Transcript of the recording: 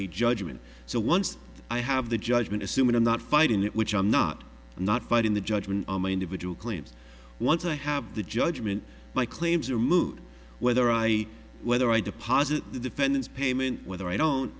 a judgment so once i have the judgment assuming i'm not fighting it which i'm not i'm not fighting the judgement on my individual claims once i have the judgement my claims are moot whether i whether i deposit the defendant's payment whether i don't